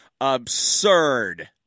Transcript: absurd